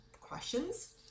questions